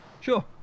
Sure